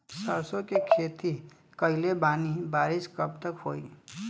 सरसों के खेती कईले बानी बारिश कब तक होई?